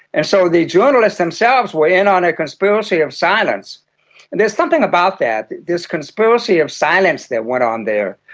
and so the journalists themselves were in on a conspiracy of silence. and and there's something about that, this conspiracy of silence that went on there,